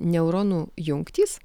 neuronų jungtys